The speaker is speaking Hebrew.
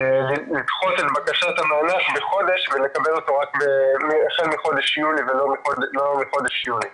לדחות את בקשת המענק בחודש ולקבל אותו החל מחודש יולי ולא בחודש יוני.